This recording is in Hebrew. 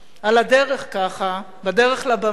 בדרך לבמה,